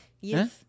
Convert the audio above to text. Yes